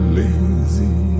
lazy